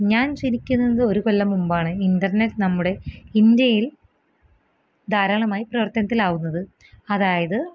ഞാൻ ജനിക്കുന്നത് ഒരു കൊല്ലം മുമ്പാണ് ഇൻ്റനെറ്റ് നമ്മുടെ ഇന്ത്യയിൽ ധാരാളമായി പ്രവർത്തനത്തിലാവുന്നത് അതായത്